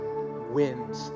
wind